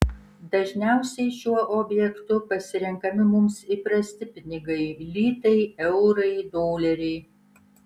dažniausiai šiuo objektu pasirenkami mums įprasti pinigai litai eurai doleriai